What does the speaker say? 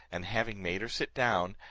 and having made her sit down,